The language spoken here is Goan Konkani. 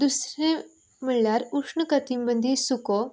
दुसरें म्हळ्यार उश्ण कठिबंधी सुको